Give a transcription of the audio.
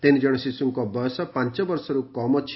ତିନି ଜଣ ଶିଶୁଙ୍କ ବୟସ ପାଞ୍ ବର୍ଷରୁ କମ୍ ଅଛି